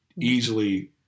easily